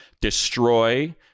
destroy